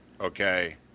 okay